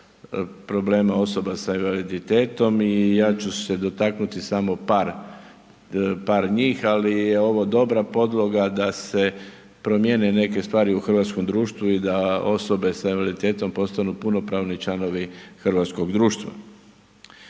problema osoba sa invaliditetom i ja ću se dotaknuti samo par njih ali je ovo dobra podloga da se promijene neke stvari u hrvatskom društvu i da osobe sa invaliditetom postanu punopravni članovi hrvatskog društva.